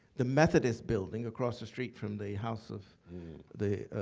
the methodist building across the street from the house of the